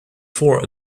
four